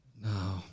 No